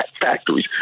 factories